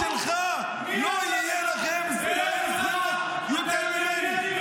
----- לא יהיה להם כלום יותר מהבנים שלי.